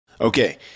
Okay